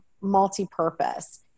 multi-purpose